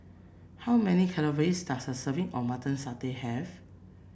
how many calories does a serving of Mutton Satay have